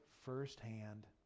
firsthand